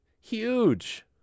huge